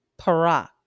Parak